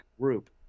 group